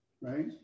right